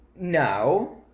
No